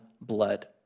blood